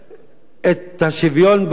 את השוויון בנטל,